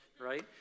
right